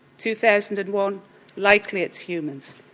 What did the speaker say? two thousand and one likely it's humans.